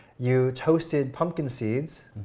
you toasted pumpkin seeds,